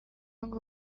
ngo